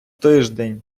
тиждень